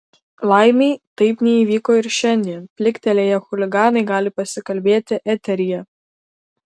laimei taip neįvyko ir šiandien pliktelėję chuliganai gali pasikalbėti eteryje